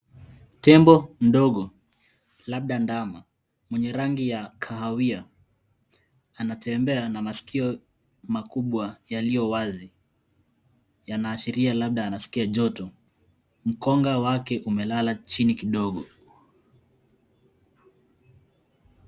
Tembo mdogo labda ndama ,mwenye rangi ya kahawia. Anatembea na maskio makubwa yaliyo wazi. yanaashiria labda anaskia joto. Mkonga wake umelala chini kidogo.